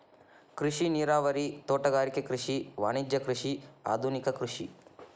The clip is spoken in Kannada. ಕೃಷಿ ನೇರಾವರಿ, ತೋಟಗಾರಿಕೆ ಕೃಷಿ, ವಾಣಿಜ್ಯ ಕೃಷಿ, ಆದುನಿಕ ಕೃಷಿ